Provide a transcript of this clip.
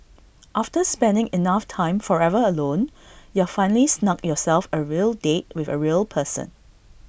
after spending enough time forever alone you've finally snugged yourself A real date with A real person